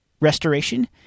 restoration